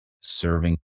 serving